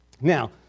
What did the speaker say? Now